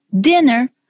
Dinner